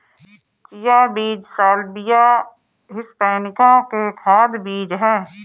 chia बीज Salvia hispanica के खाद्य बीज हैं